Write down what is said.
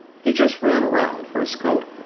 he just ran around for his coat,